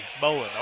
Bowen